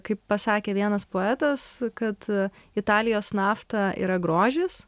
kaip pasakė vienas poetas kad italijos nafta yra grožis